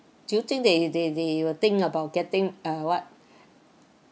do you think they they they will think about getting uh what